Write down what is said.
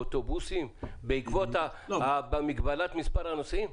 באוטובוסים בעקבות המגבלה על מספר הנוסעים?